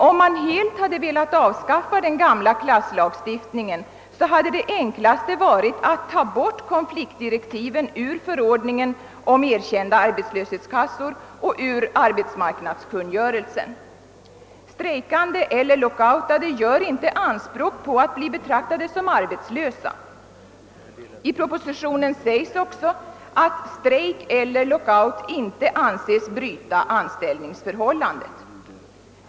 Om man helt velat avskaffa den gamla klasslagstiftningen hade det dock varit enklast att ta bort konfliktdirektiven ur förordningen om erkända arbetslöshetskassor och ur arbetsmarknadskungörelsen. Strejkande och lockoutade gör inte anspråk på att bli betraktade som arbetslösa. I propositionen sägs också att »strejk eller lockout inte anses bryta anställningsförhållandet».